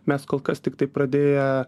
mes kol kas tiktai pradėję